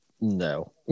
No